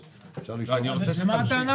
זה מה שאנחנו,